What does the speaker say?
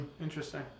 interesting